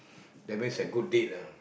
that means have good date ah